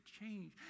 change